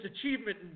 achievement